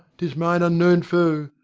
tis mine unknown foe.